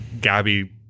Gabby